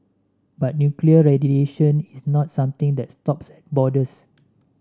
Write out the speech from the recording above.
but nuclear radiation is not something that stops borders